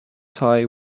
tie